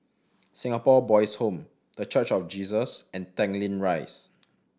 Singapore Boys' Home The Church of Jesus and Tanglin Rise